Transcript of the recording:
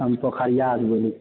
हम पोखरियासँ बोलैत छी